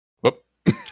Whoop